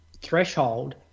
threshold